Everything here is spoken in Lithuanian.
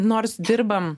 nors dirbam